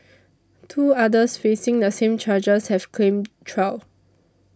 two others facing the same charges have claimed trial